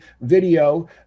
video